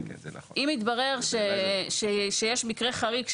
יתברר שיש מקרה חריג,